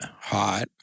hot